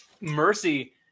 mercy